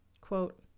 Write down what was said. Quote